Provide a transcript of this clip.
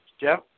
Jeff